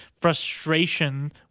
frustration